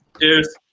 Cheers